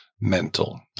mental